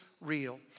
real